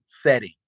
setting